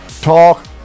Talk